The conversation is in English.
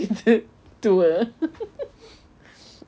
kita tua